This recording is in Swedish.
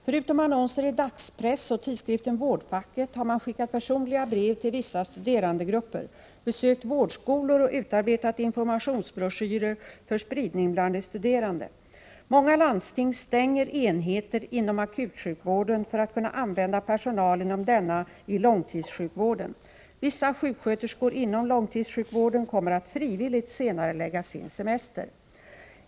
Förutom annonser i dagspress och tidskriften Vårdfacket har man skickat personliga brev till vissa studerandegrupper, besökt vårdskolor och utarbetat informationsbroschyrer för spridning bland de studerande. Många landsting stänger enheter inom akutsjukvården för att kunna använda personal inom denna i långtidssjukvården. Vissa sjuksköterskor inom långtidssjukvården kommer att frivilligt senarelägga sin semester.